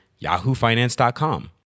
yahoofinance.com